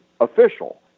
Official